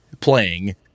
playing